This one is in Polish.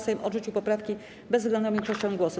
Sejm odrzucił poprawki bezwzględną większością głosów.